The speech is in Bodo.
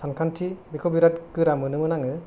सानखान्थि बेखौ बिराद गोरा मोनोमोन आङो